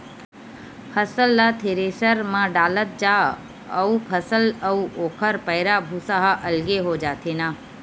फसल ल थेरेसर म डालत जा अउ फसल अउ ओखर पैरा, भूसा ह अलगे हो जाथे न